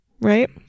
right